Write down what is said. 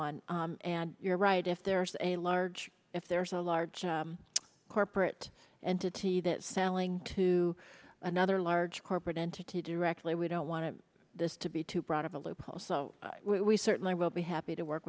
on and you're right if there's a large if there's a large corporate entity that selling to another large corporate entity directly we don't want to this to be too broad of a loophole so we certainly will be happy to work